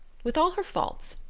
with all her faults,